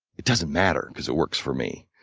it doesn't matter because it works for me.